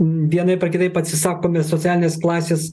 vienaip ar kitaip atsisakome socialinės klasės